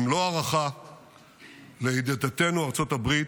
עם מלוא ההערכה לידידתנו ארצות הברית,